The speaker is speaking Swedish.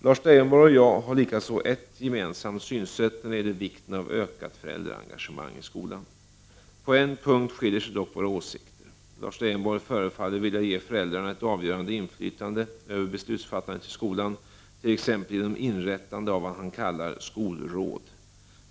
Lars Leijonborg och jag har likaså ett gemensamt synsätt när det gäller vikten av ökat föräldraengagemang i skolan. På en punkt skiljer sig dock våra åsikter. Lars Leijonborg förefaller vilja ge föräldrarna ett avgörande inflytande över beslutsfattandet i skolan, t.ex. genom inrättande av vad han kallar skolråd.